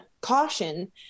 caution